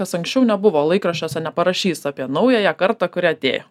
nes anksčiau nebuvo laikraščiuose neparašys apie naująją kartą kuri atėjo